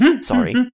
Sorry